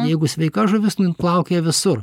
jeigu sveika žuvis nu jin plaukioja visur